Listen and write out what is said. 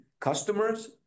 customers